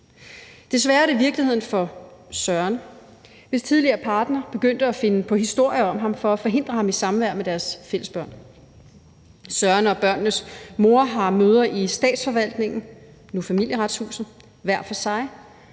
Desværre er det virkeligheden for Søren, hvis tidligere partner begyndte at finde på historier om ham for at forhindre ham i at have samvær med deres fælles børn. Søren og børnenes mor har møder i Statsforvaltningen, nu Familieretshuset, hver for sig,